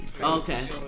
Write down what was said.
Okay